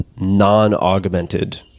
non-augmented